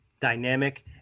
dynamic